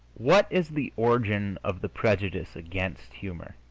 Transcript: what is the origin of the prejudice against humor?